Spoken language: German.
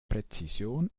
präzision